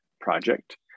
project